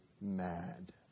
mad